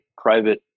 private